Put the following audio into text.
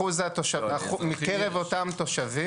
מקרב אותם תושבים